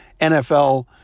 NFL